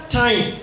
time